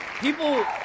people